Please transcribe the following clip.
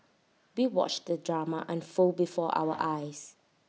we watched the drama unfold before our eyes